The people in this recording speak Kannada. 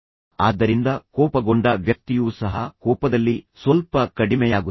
ಆದ್ದರಿಂದ ಕೋಪಗೊಂಡ ವ್ಯಕ್ತಿಯೂ ಸಹ ಕೋಪದಲ್ಲಿ ಸ್ವಲ್ಪ ಕಡಿಮೆಯಾಗುತ್ತಾನೆ